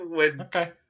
Okay